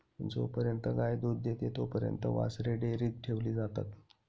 जोपर्यंत गाय दूध देते तोपर्यंत वासरे डेअरीत ठेवली जातात